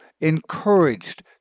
encouraged